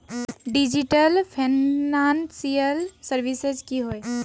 Digital financial services की होय?